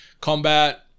combat